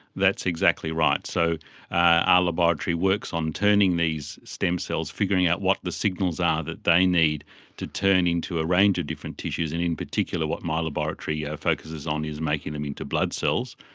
that's exactly right. so our ah laboratory works on turning these stem cells, figuring out what the signals are that they need to turn into a range of different tissues, and in particular what my laboratory yeah focuses on is making them into blood cells.